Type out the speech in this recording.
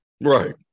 Right